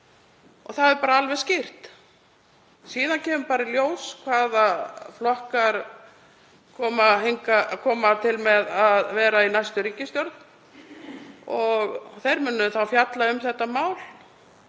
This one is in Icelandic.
Það er alveg skýrt. Síðan kemur bara í ljós hvaða flokkar koma til með að vera í næstu ríkisstjórn, og þeir munu fjalla um málið